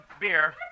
beer